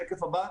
בשקף הבא: